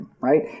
right